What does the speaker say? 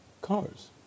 cars